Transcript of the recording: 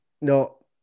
No